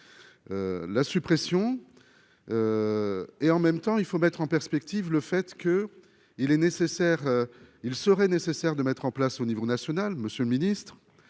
la suppression et en même temps, il faut mettre en perspective le fait que il est nécessaire, il serait nécessaire de mettre en place au niveau national, Monsieur le Ministre,